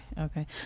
okay